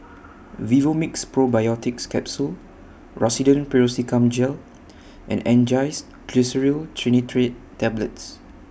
Vivomixx Probiotics Capsule Rosiden Piroxicam Gel and Angised Glyceryl Trinitrate Tablets